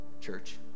church